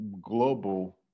global